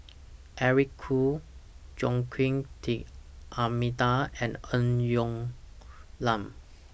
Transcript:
Eric Khoo Joaquim D'almeida and Ng Woon Lam